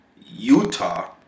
Utah